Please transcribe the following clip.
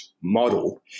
model